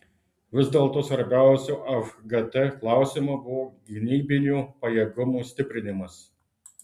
vis dėlto svarbiausiu vgt klausimu buvo gynybinių pajėgumų stiprinimas